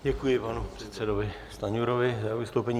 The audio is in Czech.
Děkuji panu předsedovi Stanjurovi za vystoupení.